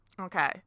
Okay